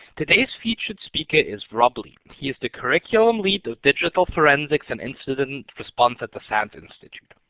today's featured speaker is rob lee. he is the curriculum leader digital forensics and incident response at the sans institute.